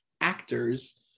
actors